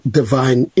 divine